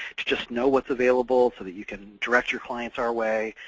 to just know what's available so that you can direct your clients our way,